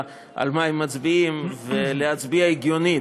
על מה הם מצביעים ולהצביע באופן הגיוני,